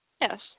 Yes